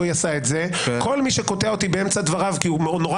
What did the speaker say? עשה את זה כל מי שקוטע אותי באמצע דבריו כי נורא